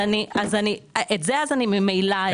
את זה אני ממילא אעשה.